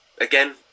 again